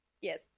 Yes